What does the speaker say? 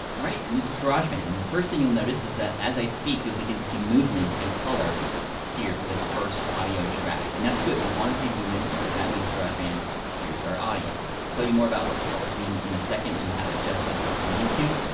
all right? and this is garageband. the first thing you'll notice, is that as i speak, you'll begin to see movement and color here, for this first audio track. and that's good. we wanna see movement, because that means garageband hears our audio. i'll tell you more about what the colors mean in a second, and how to adjust it if you need too,